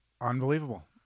unbelievable